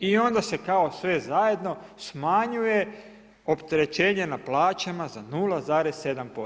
I onda se kao sve zajedno smanjuje, opterećenje na plaćama za 0,7%